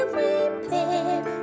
repair